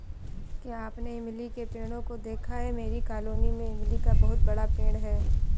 क्या आपने इमली के पेड़ों को देखा है मेरी कॉलोनी में इमली का बहुत बड़ा पेड़ है